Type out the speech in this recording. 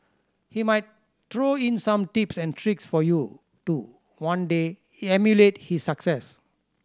he might throw in some tips and tricks for you to one day emulate his success